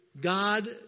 God